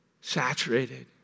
saturated